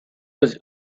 was